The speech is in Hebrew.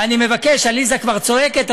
עליזה כבר צועקת,